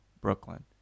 Brooklyn